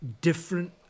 different